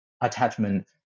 attachment